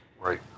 Right